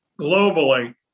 globally